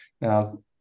Now